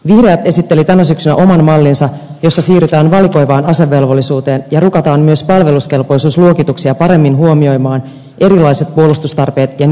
vihreät esitteli tänä syksynä oman mallinsa jossa siirrytään valikoivaan asevelvollisuuteen ja rukataan myös palveluskelpoisuusluokituksia paremmin huomioimaan erilaiset puolustustarpeet ja niihin liittyvät tehtävät